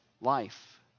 life